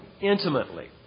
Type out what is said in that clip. intimately